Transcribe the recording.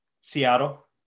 Seattle